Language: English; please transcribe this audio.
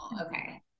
okay